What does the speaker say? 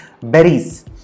Berries